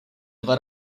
dwa